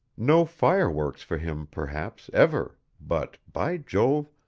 no fireworks for him, perhaps, ever, but, by jove,